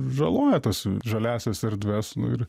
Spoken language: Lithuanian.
žaloja tas žaliąsias erdves nu ir